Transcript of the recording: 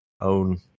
own